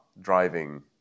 driving